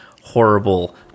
horrible